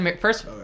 first